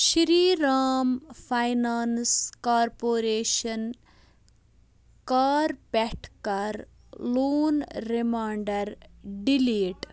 Shri Ram finance corporation کار پٮ۪ٹھ کَر لون رِمانٛیڈر ڈِلیٖٹ